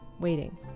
waiting